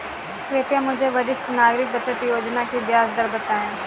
कृपया मुझे वरिष्ठ नागरिक बचत योजना की ब्याज दर बताएं